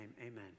amen